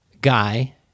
guy